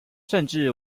甚至